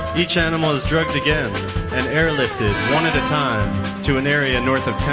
each animal is drugged again and airlifted one at a time to an area north of town.